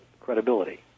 credibility